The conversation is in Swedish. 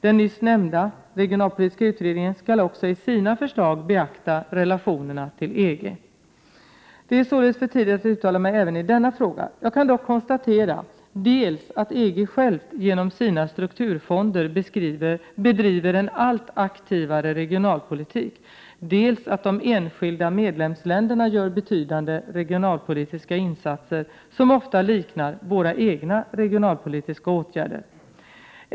Den nyss nämnda regionalpolitiska utredningen skall också i sina förslag beakta relationerna till EG. Det är således för tidigt att uttala sig även i denna fråga. Jag kan dock konstatera dels att EG självt genom sina strukturfonder bedriver en allt Prot. 1988/89:97 aktivare regionalpolitik, dels att de enskilda medlemsländerna gör betydan — 14 april 1989 de regionalpolitiska insatser, som ofta liknar våra egna regionalpolitiska åtgärder.